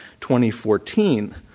2014